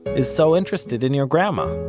is so interested in your grandma,